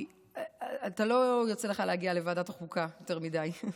לא יוצא לך להגיע לוועדת החוקה יותר מדי.